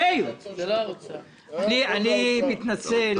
אני מתנצל,